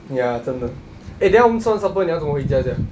ya 真的 eh then 我们吃完 supper 你要怎么回家 sia